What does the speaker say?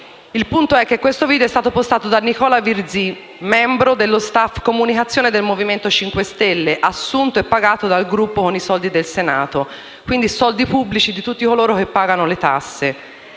Il punto è che questo video è stato postato da Nicola Virzì, membro dello *staff* comunicazione del Movimento 5 Stelle, assunto e pagato dal Gruppo con i soldi del Senato. Quindi, si tratta di soldi pubblici di tutti coloro che pagano le tasse.